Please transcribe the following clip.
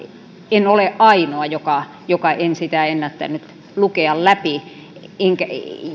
en ole ainoa joka joka ei sitä ennättänyt lukea läpi enkä